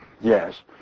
Yes